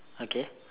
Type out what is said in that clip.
okay